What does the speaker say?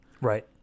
Right